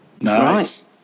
Nice